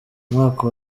umwaka